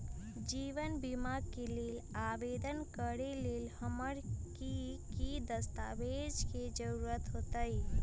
जीवन बीमा के लेल आवेदन करे लेल हमरा की की दस्तावेज के जरूरत होतई?